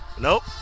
Nope